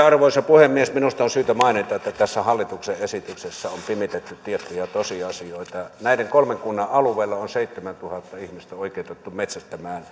arvoisa puhemies minusta on syytä mainita että tässä hallituksen esityksessä on pimitetty tietoja ja tosiasioita näiden kolmen kunnan alueella on seitsemäntuhatta ihmistä oikeutettu metsästämään